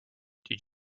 did